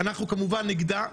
נגדה,